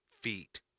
feet